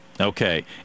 Okay